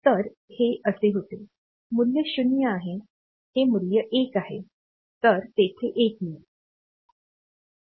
तर हे असे होते मूल्य 0 आहे हे मूल्य 1 आहे तर तिथे 1 मिळेल